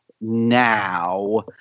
now